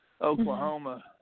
Oklahoma